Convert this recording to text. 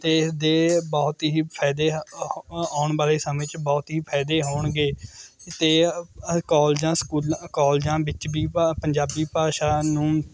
ਅਤੇ ਇਸਦੇ ਬਹੁਤ ਹੀ ਫਾਇਦੇ ਆਉਣ ਵਾਲੇ ਸਮੇਂ 'ਚ ਬਹੁਤ ਹੀ ਫਾਇਦੇ ਹੋਣਗੇ ਅਤੇ ਕੋਲਜਾਂ ਸਕੂਲਾਂ ਕੋਲਜਾਂ ਵਿੱਚ ਵੀ ਭਾ ਪੰਜਾਬੀ ਭਾਸ਼ਾ ਨੂੰ